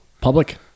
public